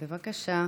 בבקשה.